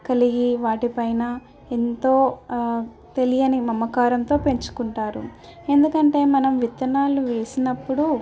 కలిగి వాటిపైన ఎంతో తెలియని మమకారంతో పెంచుకుంటారు ఎందుకంటే మనం విత్తనాలు వేసినప్పుడు